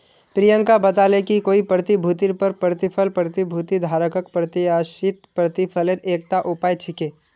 प्रियंका बताले कि कोई प्रतिभूतिर पर प्रतिफल प्रतिभूति धारकक प्रत्याशित प्रतिफलेर एकता उपाय छिके